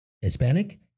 Hispanic